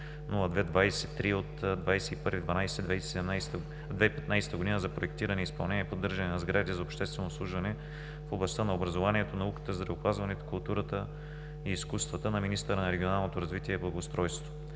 02-23/21.12.2015 г. за проектиране, изпълнение и поддържане на сгради за обществено обслужване в областта на образованието, науката, здравеопазването, културата и изкуствата на министъра на регионалното развитие и благоустройството.